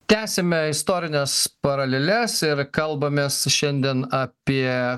tęsiame istorines paraleles ir kalbamės šiandien apie